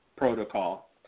protocol